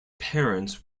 parents